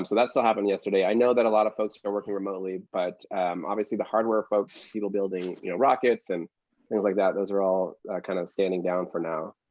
um so that still happened yesterday. i know that a lot of folks are working remotely. but obviously, the hardware folks, people building you know rockets and things like that, those are all kind of standing down for now.